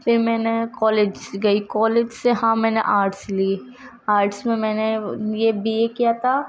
پھر میں نے کالج گئی کالج سے ہاں میں نے آرٹس لی آرٹس میں میں نے یہ بی اے کیا تھا